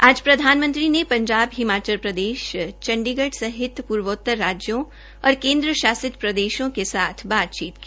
आज प्रधानमंत्री ने पंजाब हिमाचल और चंडीगढ़ सहित पूर्वोतार राज्यों और केन्द्र शासित प्रदेशों के साथ बातचीत की